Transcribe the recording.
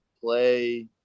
play